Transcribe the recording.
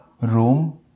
room